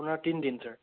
আপোনাৰ তিনিদিন ছাৰ